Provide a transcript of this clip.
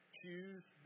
choose